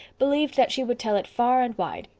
believed that she would tell it far and wide.